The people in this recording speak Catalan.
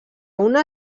una